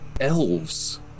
Elves